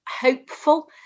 hopeful